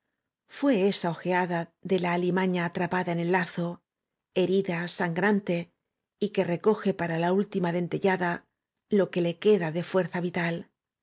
fué esa ojeada de la alimaña atrapada en el lazo herida sangrante y q u e r e c o g e para la última dentellada lo q u e le queda de fuerza vital